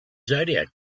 zodiac